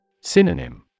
Synonym